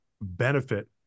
benefit